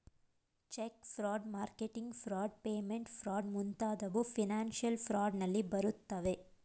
check fraud, marketing fraud, payment fraud ಮುಂತಾದವು financial fraud ನಲ್ಲಿ ಬರುತ್ತವೆ